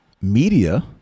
media